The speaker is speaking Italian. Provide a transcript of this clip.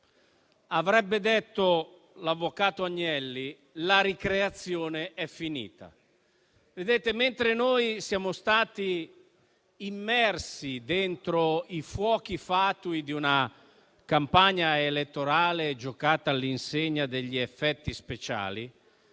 avrebbe detto che la ricreazione è finita. Mentre noi siamo stati immersi dentro i fuochi fatui di una campagna elettorale giocata all'insegna degli effetti speciali,